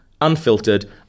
Unfiltered